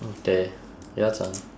okay your turn